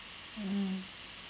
mm